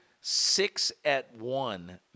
six-at-one